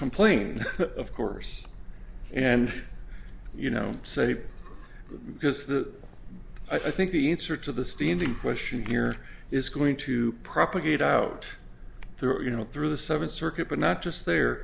complain of course and you know say because the i think the answer to the standing question gear is going to propagate out through you know through the seventh circuit but not just there